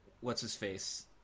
What's-his-face